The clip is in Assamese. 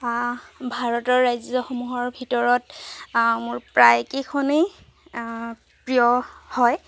ভাৰতৰ ৰাজ্যসমূহৰ ভিতৰত মোৰ প্ৰায়কেইখনেই প্ৰিয় হয়